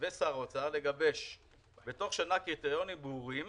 ושר האוצר לגבש בתוך שנה קריטריונים ברורים,